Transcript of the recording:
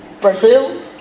Brazil